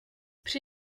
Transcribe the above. při